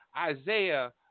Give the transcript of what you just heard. Isaiah